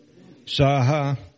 Saha